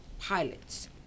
pilots